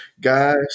Guys